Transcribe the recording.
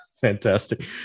Fantastic